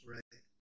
Right